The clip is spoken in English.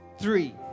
Three